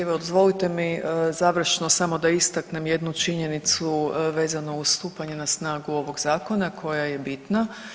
Evo, dozvolite mi završno samo da istaknem jednu činjenicu vezano uz stupanje na snagu ovog Zakona koja je bitna.